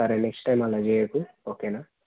సరే next time అలా చేయ్యకు ఓకేనా